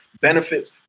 benefits